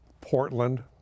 Portland